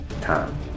time